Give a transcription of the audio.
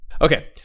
Okay